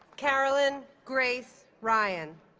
caroline grace ryan